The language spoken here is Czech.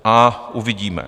A uvidíme.